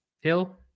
Hill